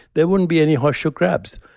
there wouldn't be any horseshoe crabs.